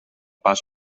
pas